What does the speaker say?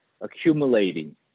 accumulating